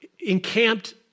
encamped